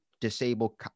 disable